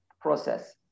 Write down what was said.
process